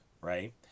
right